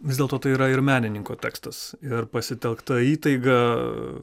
vis dėlto tai yra ir menininko tekstas ir pasitelkta įtaiga